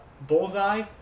bullseye